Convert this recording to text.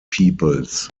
peoples